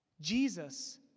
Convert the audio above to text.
Jesus